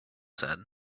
said